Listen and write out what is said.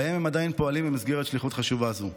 שבהם הם עדיין פועלים במסגרת שליחות חשובה הזו.